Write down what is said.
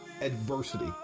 adversity